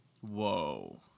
whoa